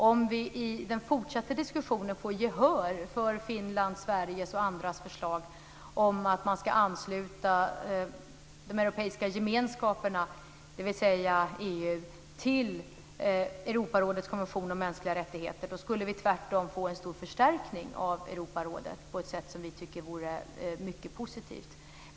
Om vi i den fortsatta diskussionen får gehör för Finlands, Sveriges och andras förslag om att man ska ansluta de europeiska gemenskaperna, dvs. EU, till Europarådets konvention om mänskliga rättigheter skulle vi tvärtom få en stor förstärkning av Europarådet på ett sätt som vi tycker vore mycket positivt.